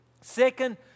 Second